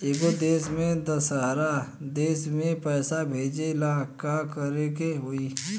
एगो देश से दशहरा देश मे पैसा भेजे ला का करेके होई?